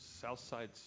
Southside